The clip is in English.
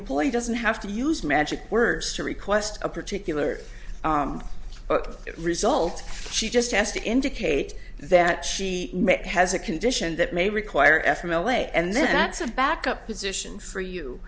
employee doesn't have to use magic words to request a particular result she just has to indicate that she has a condition that may require f m l a and then that's a backup position for you